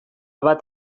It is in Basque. bat